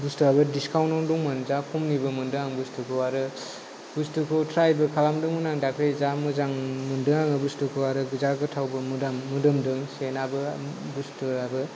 बुसथुआबो discount दंमोन दाम खमनिबो मोनदों आं बेखौ आरो बुसथुखौ ट्राइबो खालामदोंमोन आं दाख्लि जा मोजां मोनदों आङो बुसथुखौ आरो जा गोथावबो मोदोमदों सेनाबो बुसथुआबो